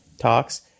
talks